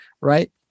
right